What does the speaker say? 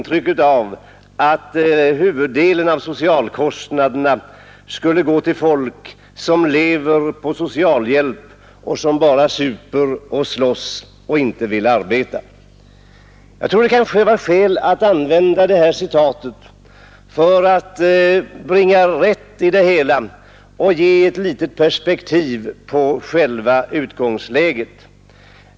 — ”tycks vilja inbilla läsarna att huvuddelen av socialkostnaderna går till folk ”som lever på socialhjälp, som bara super och slåss och inte vill arbeta”.” Det kan finnas skäl att med hjälp av dessa citat försöka bringa rätt i det hela och ge litet perspektiv på själva utgångsläget.